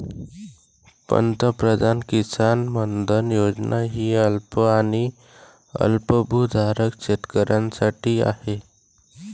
पंतप्रधान किसान मानधन योजना ही अल्प आणि अल्पभूधारक शेतकऱ्यांसाठी आहे